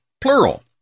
plural